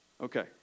Okay